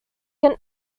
can